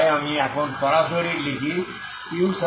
তাই আমি এখন সরাসরি লিখি ut2uxxuyy